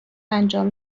انجام